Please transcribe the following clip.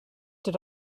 did